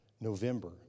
November